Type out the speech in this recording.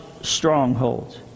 strongholds